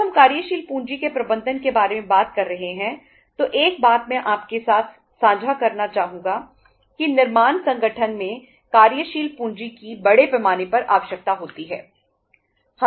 जब हम कार्यशील पूंजी के प्रबंधन के बारे में बात कर रहे हैं तो एक बात मैं आपके साथ सांझा करना चाहूंगा कि निर्माण संगठनों में कार्यशील पूंजी की बड़े पैमाने पर आवश्यकता होती है